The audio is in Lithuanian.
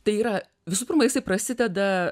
tai yra visų pirma jisai prasideda